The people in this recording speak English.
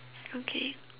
okay